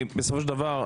שוב,